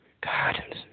God